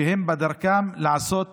כשהם בדרכם לעשות